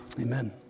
Amen